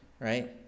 right